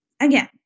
Again